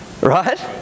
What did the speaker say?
Right